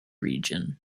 region